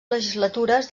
legislatures